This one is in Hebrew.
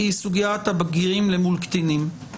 סוגיית הבגירים למול קטינים.